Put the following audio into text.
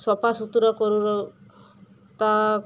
ସଫା ସୁୁତୁର କରୁ ତା